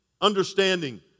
understanding